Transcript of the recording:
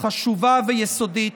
חשובה ויסודית: